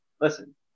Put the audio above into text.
listen